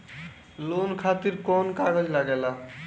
Loan खातिर कौन कागज लागेला?